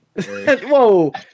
Whoa